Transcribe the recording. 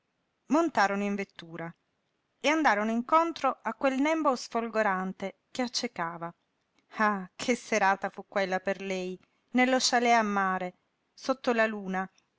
musica montarono in vettura e andarono incontro a quel nembo sfolgorante che accecava ah che serata fu quella per lei nello chlet a mare sotto la luna